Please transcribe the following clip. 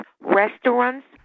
restaurants